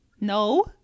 no